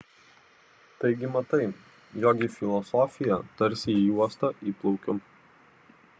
taigi matai jog į filosofiją tarsi į uostą įplaukiu